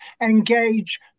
engage